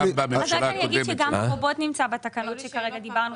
אני אומר שגם הרובוט נמצא בתקנות עליהן כרגע דיברנו.